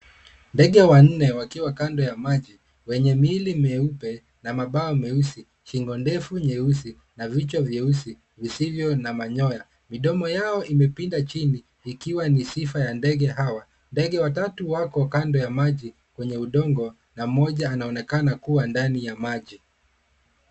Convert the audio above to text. Ndege wanne wakiwa kando ya maji, wenye miili meupe na mabawa meusi, shingo ndefu nyeusi na vichwa vyeusi visivyo na manyoya. Midomo yao imepinda chini ikiwa ni sifa ya ndege hawa. Ndege watatu wako kando ya umaji wenye udongo, na moja anaonekana kuwa ndani ya maji.